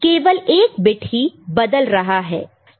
केवल एक बिट ही बदल रहा है तो वह 1 बन गया है